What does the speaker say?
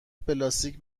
پلاستیک